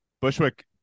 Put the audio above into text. Bushwick